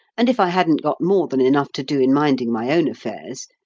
and if i hadn't got more than enough to do in minding my own affairs,